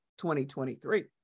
2023